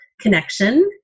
connection